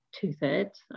two-thirds